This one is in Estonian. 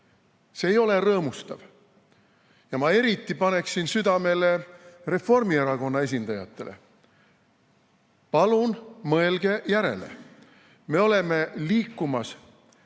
See ei ole rõõmustav ja ma eriti paneksin südamele Reformierakonna esindajatele: palun mõelge järele! Me oleme liikumas